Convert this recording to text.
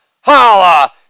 Holla